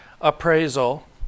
appraisal